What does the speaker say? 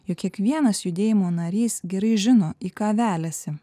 jog kiekvienas judėjimo narys gerai žino į ką veliasi